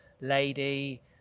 lady